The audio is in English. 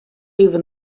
even